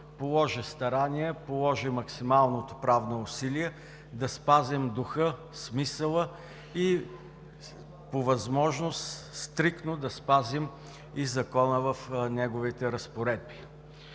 положи старание, положи максималното правно усилие да спазим духа, смисъла и по възможност стриктно да спазим и закона в неговите разпоредби.